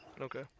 Okay